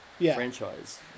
franchise